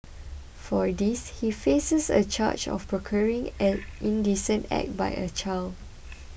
for this he faces a charge of procuring an indecent act by a child